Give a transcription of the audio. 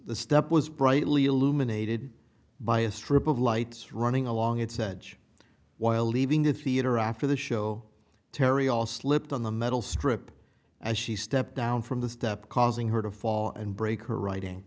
the step was brightly illuminated by a strip of lights running along it said while leaving the theater after the show terry all slipped on the metal strip as she stepped down from the step causing her to fall and break her writing